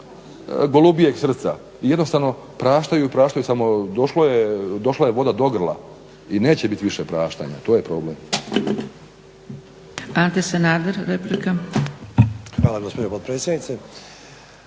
golubljeg srca. Jednostavno praštaju i praštaju. Samo došla je voda do grla i neće biti više praštanja. To je problem. **Zgrebec, Dragica (SDP)** Ante